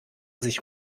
sich